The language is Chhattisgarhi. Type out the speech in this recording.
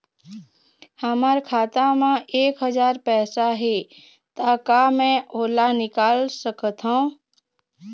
हमर खाता मा एक हजार पैसा हे ता का मैं ओला निकाल सकथव?